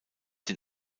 den